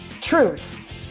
Truth